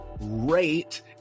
rate